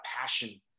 passion